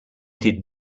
did